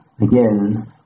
again